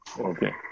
Okay